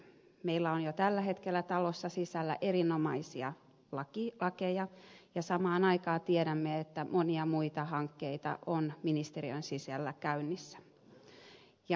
meillä on jo tällä hetkellä talossa sisällä erinomaisia lakeja ja samaan aikaan tiedämme että monia muita hankkeita on ministeriön sisällä käynnissä